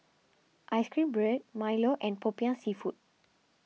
Ice Cream Bread Milo and Popiah Seafood